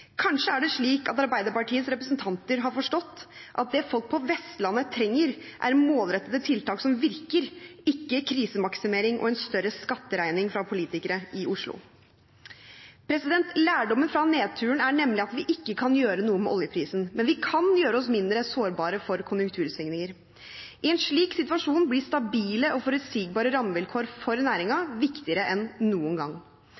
Kanskje er det slik at Arbeiderpartiets representanter har forstått at det folk på Vestlandet trenger, er målrettede tiltak som virker, ikke krisemaksimering og en større skatteregning fra politikere i Oslo. Lærdommen fra nedturen er nemlig at vi ikke kan gjøre noe med oljeprisen, men vi kan gjøre oss mindre sårbare for konjunktursvingninger. I en slik situasjon blir stabile og forutsigbare rammevilkår for næringen viktigere enn noen gang.